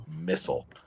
missile